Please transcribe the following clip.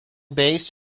based